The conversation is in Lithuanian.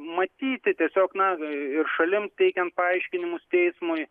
matyti tiesiog na ir šalim teikiant paaiškinimus teismui